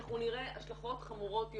אנחנו נראה השלכות חמורות יותר.